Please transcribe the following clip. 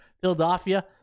Philadelphia